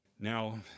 now